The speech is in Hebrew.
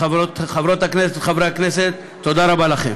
חברות הכנסת וחברי הכנסת, תודה רבה לכם.